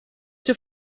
your